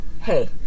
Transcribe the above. Hey